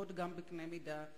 עשירות גם בקנה מידה עולמי,